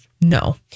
No